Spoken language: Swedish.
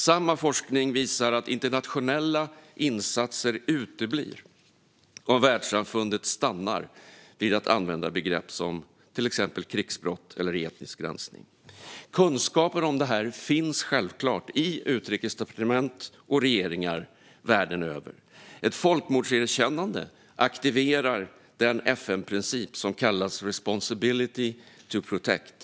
Samma forskning visar att internationella insatser uteblir om världssamfundet stannar vid att använda begrepp som krigsbrott eller etnisk rensning. Kunskapen om det här finns självklart i utrikesdepartement och regeringar världen över. Ett folkmordserkännande aktiverar den FN-princip som kallas responsibility to protect.